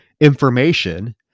information